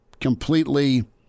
completely